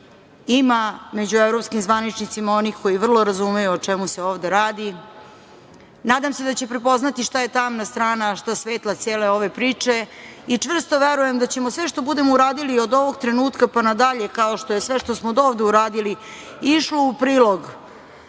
ima među evropskim zvaničnicima onih koji vrlo razumeju o čemu se ovde radi, nadam se da će prepoznati šta je tamna strana, a šta svetla cele ove priče i čvrsto verujem da ćemo sve što budemo uradili od ovog trenutka pa na dalje, kao što je sve što smo do ovde uradili išlo u prilog